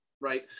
right